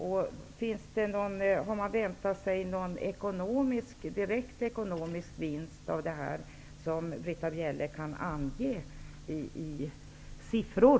Väntar man sig någon direkt ekonomisk vinst av detta som Britta Bjelle kan ange i siffror?